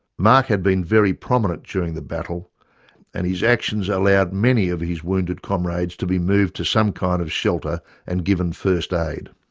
mark had been very prominent during the battle and his actions allowed many of his wounded comrades to be moved to some kind of shelter and given first aid.